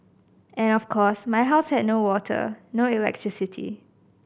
and of course my house had no water no electricity